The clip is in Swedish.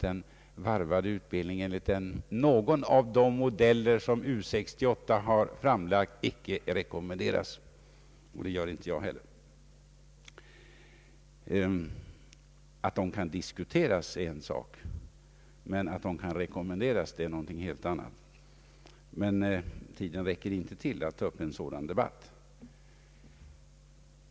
En varvad utbildning enligt någon av de modeller som U 68 har framlagt rekommenderas icke där, och det rekommenderar heller inte jag. Att diskutera sådana möjligheter är en sak, men att rekommendera en sådan utbildningsform är någonting helt annat. Tiden räcker dock icke till att här ta upp en sådan debatt.